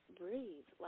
breathe